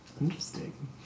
Interesting